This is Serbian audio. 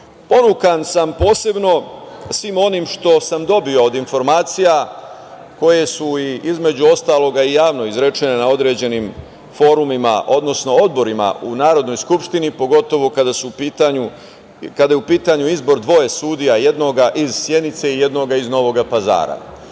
osporen. Ponukan sam posebno svim onim što sam dobio od informacija koje su između ostalog i javno izrečene na određenim forumima, odnosno odborima u Narodnoj skupštini, pogotovo kada je u pitanju izbor dvoje sudija, jednog iz Sjenice i jednog iz Novog Pazara. Dakle,